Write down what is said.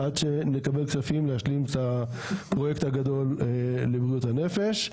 עד שנקבל כספים להשלים את הפרויקט הגדול לבריאות הנפש.